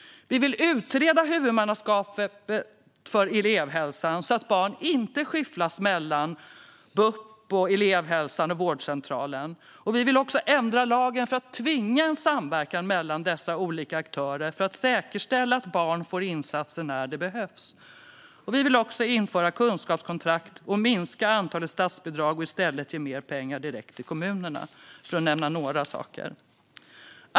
Vi vill utreda huvudmannaskapet för elevhälsan så att barn inte skyfflas mellan BUP, elevhälsan och vårdcentralen. Vi vill också ändra lagen för att tvinga fram en samverkan mellan dessa olika aktörer och på så sätt säkerställa att barn får insatser när det behövs. Vi vill också införa kunskapskontrakt, minska antalet statsbidrag och i stället ge mer pengar direkt till kommunerna, för att nämna några saker.